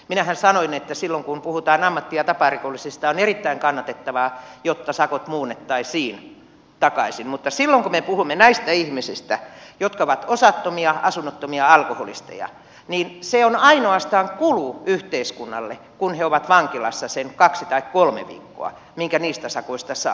minähän sanoin että silloin kun puhutaan ammatti ja taparikollisista on erittäin kannatettavaa jotta sakot muunnettaisiin takaisin mutta silloin kun me puhumme näistä ihmisistä jotka ovat osattomia asunnottomia alkoholisteja niin se on ainoastaan kulu yhteiskunnalle kun he ovat vankilassa sen kaksi tai kolme viikkoa minkä niistä sakoista saa